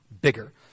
bigger